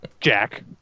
Jack